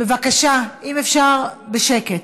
בבקשה, אם אפשר בשקט.